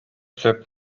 сөп